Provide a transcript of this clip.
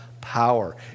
power